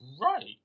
Right